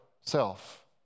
self